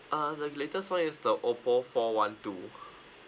uh the latest one is the Oppo four one two